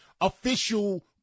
Official